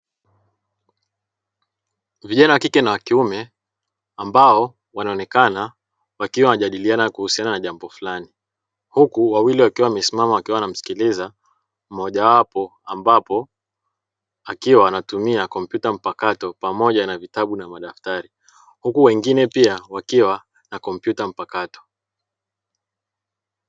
Vijana wa kike na wa kiume ambao wanaonekana wakiwa wanajadiliana kuhusiana na jambo fulani, huku wawili wakiwa wamesimama wakiwa wanamsikiliza mmoja wapo ambapo akiwa anatumia kompyuta mpakato pamoja na vitabu na madaftari huku wengine pia wakiwa na kompyuta mpakato.